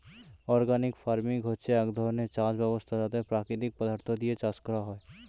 organic farming হচ্ছে এক ধরণের চাষ ব্যবস্থা যাতে প্রাকৃতিক পদার্থ দিয়ে চাষ করা হয়